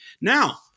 Now